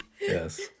Yes